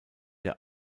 der